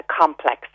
complex